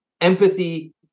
empathy